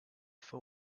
for